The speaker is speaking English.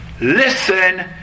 listen